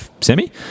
semi